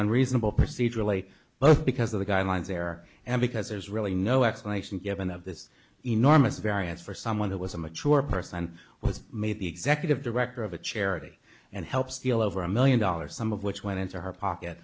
unreasonable procedurally but because of the guidelines there and because there's really no explanation given of this enormous variance for someone who was a mature person and was made the executive director of a charity and help steal over a million dollars some of which went into her pocket